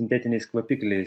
sintetiniais kvapikliais